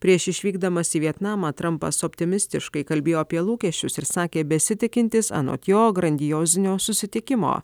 prieš išvykdamas į vietnamą trampas optimistiškai kalbėjo apie lūkesčius ir sakė besitikintis anot jo grandiozinio susitikimo